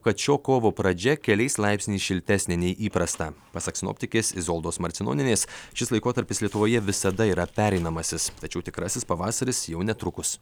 kad šio kovo pradžia keliais laipsniais šiltesnė nei įprasta pasak sinoptikės izoldos marcinonienės šis laikotarpis lietuvoje visada yra pereinamasis tačiau tikrasis pavasaris jau netrukus